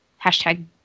hashtag